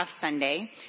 Sunday